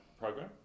program